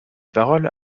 paroles